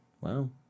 Wow